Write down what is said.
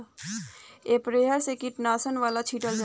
sprayer से कीटनाशक वाला छीटल जाला